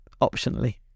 Optionally